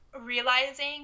realizing